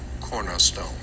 cornerstone